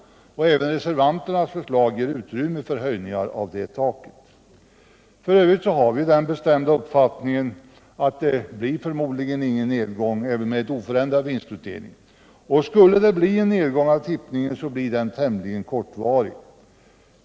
Även reservanternas förslag ger utrymme för höjningar av det taket. F. ö. har vi den bestämda uppfattningen att det förmodligen inte blir någon nedgång i tippningen även med oförändrad vinstutdelning. Och skulle det bli en nedgång, blir den tämligen kortvarig.